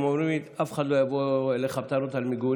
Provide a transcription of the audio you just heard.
והם אומרים לי: אף אחד לא יבוא אליך בטענות על מיגונית.